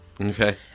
Okay